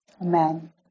amen